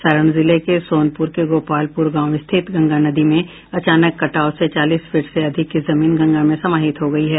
सारण जिले के सोनपुर के गोपालपुर गांव स्थित गंगा नदी में अचानक कटाव से चालीस फीट से अधिक की जमीन गंगा में समाहित हो गई है